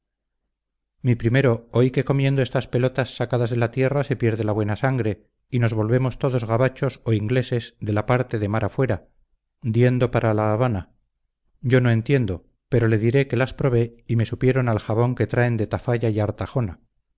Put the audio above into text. mi primero oí que comiendo estas pelotas sacadas de la tierra se pierde la buena sangre y nos volvemos todos gabachos o ingleses de la parte de mar afuera diendo para la habana yo no entiendo pero le diré que las probé y me supieron al jabón que traen de tafalla y